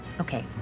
Okay